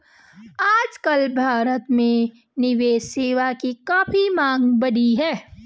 आजकल भारत में निवेश सेवा की काफी मांग बढ़ी है